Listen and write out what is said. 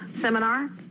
seminar